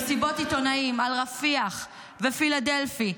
במסיבות עיתונאים על רפיח ופילדלפי,